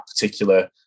particular